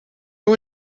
who